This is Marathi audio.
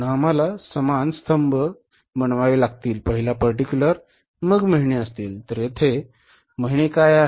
पुन्हा आपल्याला समान स्तंभ महिने काय आहेत